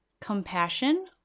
compassion